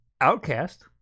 Outcast